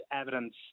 evidence